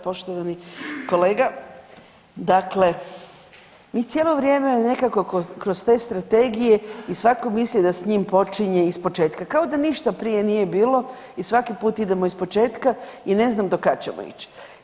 Poštovani kolega, dakle mi cijelo vrijeme nekako kroz te strategije i svako misli da s njim počinje ispočetka, kao da ništa prije nije bilo i svaki put idemo ispočetka i ne znam do kad ćemo ići.